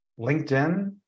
LinkedIn